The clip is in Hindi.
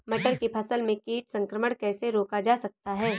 मटर की फसल में कीट संक्रमण कैसे रोका जा सकता है?